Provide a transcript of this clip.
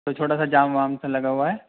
تو چھوٹا سا جام وام سا لگا ہُوا ہے